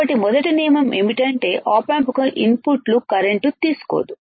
కాబట్టి మొదటి నియమం ఏమిటంటే ఆప్ ఆంప్కు ఇన్పుట్లు కరెంటు తీసుకోదు